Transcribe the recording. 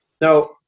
Now